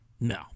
No